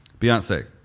Beyonce